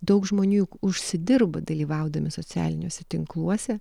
daug žmonių užsidirba dalyvaudami socialiniuose tinkluose